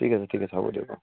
ঠিক আছে ঠিক আছে হ'ব দিয়ক অঁ